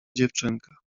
dziewczynka